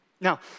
Now